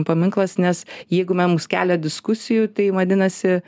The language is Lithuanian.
paminklas nes jeigu mums kelia diskusijų tai vadinasi